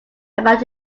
about